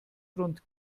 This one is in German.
grund